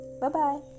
Bye-bye